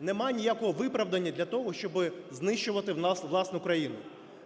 Нема ніякого виправдання для того, щоби знищувати в нас власну країну.